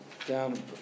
Down